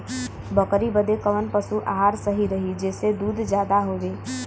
बकरी बदे कवन पशु आहार सही रही जेसे दूध ज्यादा होवे?